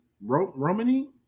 Romani